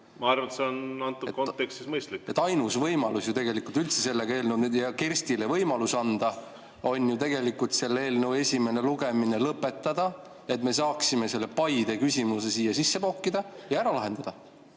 Ma arvan, et see on antud kontekstis mõistlik. Ainus võimalus tegelikult üldse selle eelnõuga Kerstile võimalus anda on ju selle eelnõu esimene lugemine lõpetada, et me saaksime selle Paide küsimuse siia sisse pookida ja ära lahendada.